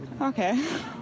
Okay